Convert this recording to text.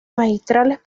magistrales